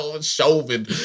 Chauvin